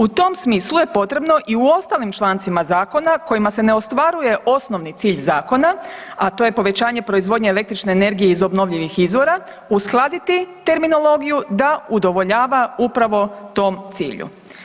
U tom smislu je potrebno i u ostalim člancima zakona kojima se ne ostvaruje osnovni cilj zakona, a to je povećanje proizvodnje električne energije iz obnovljivih izvora uskladiti terminologiju da udovoljava upravo tom cilju.